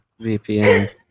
VPN